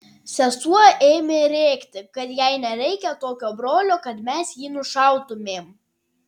sesuo ėmė rėkti kad jai nereikia tokio brolio kad mes jį nušautumėm